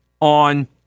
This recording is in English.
on